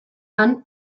han